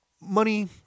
money